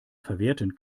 verwerten